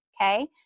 Okay